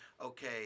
okay